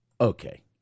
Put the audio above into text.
Okay